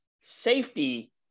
safety